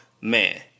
Man